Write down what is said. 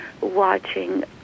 watching